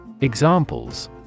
examples